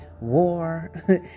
war